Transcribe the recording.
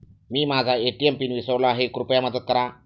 मी माझा ATM pin विसरलो आहे, कृपया मदत करा